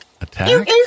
Attack